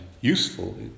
useful